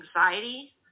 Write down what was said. anxiety